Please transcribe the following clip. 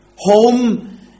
Home